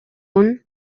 үнэ